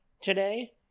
today